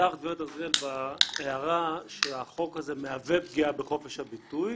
פתחת בהערה שהחוק הזה מהווה פגיעה בחופש הביטוי,